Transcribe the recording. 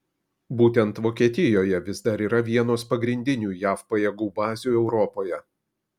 būtent vokietijoje vis dar yra vienos pagrindinių jav pajėgų bazių europoje